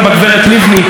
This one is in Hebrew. שטענה כאן טיעונים.